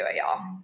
y'all